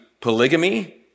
polygamy